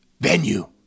venue